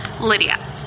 Lydia